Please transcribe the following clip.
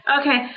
Okay